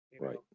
right